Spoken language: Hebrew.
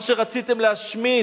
מה שרציתם להשמיט,